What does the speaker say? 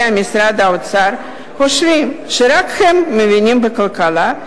משרד האוצר חושבים שרק הם מבינים בכלכלה,